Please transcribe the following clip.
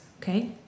okay